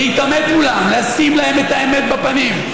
להתעמת מולם, לשים להם את האמת בפנים.